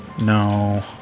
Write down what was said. No